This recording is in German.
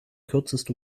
kürzeste